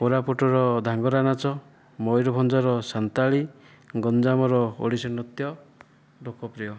କୋରାପୁଟର ଧାଙ୍ଗୁରା ନାଚ ମୟୁରଭଞ୍ଜର ସାନ୍ତାଳୀ ଗଞ୍ଜାମର ଓଡ଼ିଶୀ ନୃତ୍ୟ ଲୋକପ୍ରିୟ